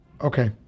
okay